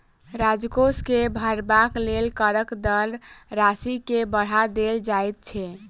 राजकोष के भरबाक लेल करक दर राशि के बढ़ा देल जाइत छै